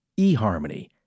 eHarmony